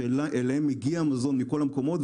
שאליהם יגיע מזון מכל המקומות,